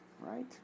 Right